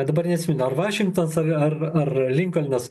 dabar neatsimenu ar vašingtons ar ar ar linkolnas